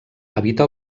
habita